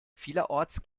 vielerorts